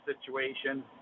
situation